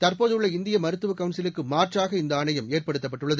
தற்போதுள்ள இந்திய மருத்துவக் கவுன்சிலுக்கு மாற்றாக இந்த ஆணையம் ஏற்படுத்தப்பட்டுள்ளது